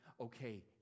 Okay